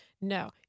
No